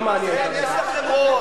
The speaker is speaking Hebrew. יש לכם רוב,